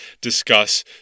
discuss